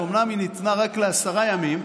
שאומנם ניתנה רק לעשרה ימים,